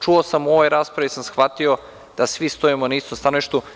Čuo sam u ovoj raspravi i shvatio da svi stojimo na istom stanovištu.